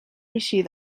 eixir